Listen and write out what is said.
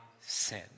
sin